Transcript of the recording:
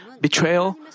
betrayal